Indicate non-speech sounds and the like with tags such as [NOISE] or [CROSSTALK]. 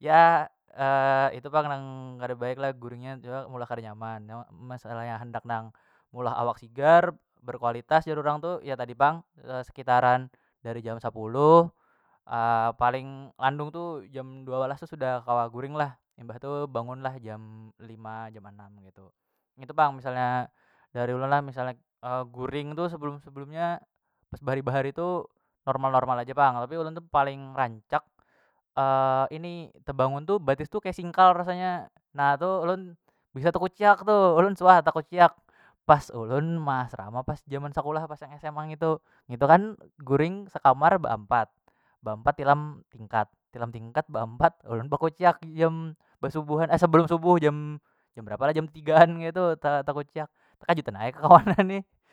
ya [HESITATION] itu pang nang kada baik lah guring nya jua meulah kada nyaman [UNINTELLIGIBLE] masalahnya handak nang meulah awak sigar berkualitas jar urang tu ya tadi tu pang sekitaran jam sapuluh [HESITATION] paling landung tu jam dua walas tu sudah kawa guring lah imbah tu bangun lah jam lima jam anam keitu ngitu pang misalnya dari ulun lah misalnya guring tu sebelum- sebelumnya pas bahari- bahari tu normal- normal aja pang tapi ulun tu paling rancak [HESITATION] ini tebangun tu batis tu kaya singkal rasanya na tu ulun bisa tekuciak tu ulun suah tekuciak pas ulun measrama pas jaman sekulah pas yang sma ngitu, ngitu kan guring sakamar ba ampat- ba ampat tilam tingkat tilam tingkat ba ampat ulun bakuciak jam basubuhan [HESITATION] sabalum subuh jam jam berapa lah jam tigaan ngetu te tekuciak takajutan ai kakawanan nih.